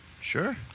Sure